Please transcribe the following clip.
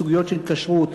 בסוגיות של כשרות,